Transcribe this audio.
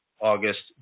August